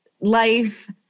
life